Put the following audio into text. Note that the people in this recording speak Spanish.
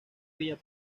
villa